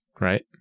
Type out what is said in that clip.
Right